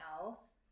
else